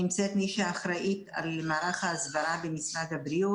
נמצאת מי שאחראית על מערך ההסברה במשרד הבריאות,